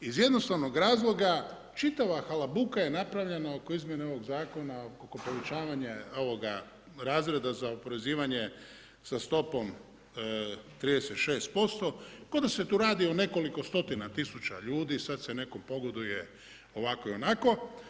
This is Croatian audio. Iz jednostavnog razloga, čitava halabuka je napravljena oko izmjene ovog Zakona oko povećavanja ovoga razreda za oporezivanje sa stopom 36% kao da se tu radi o nekoliko stotina tisuća ljudi, sad se nekom pogoduje ovako i onako.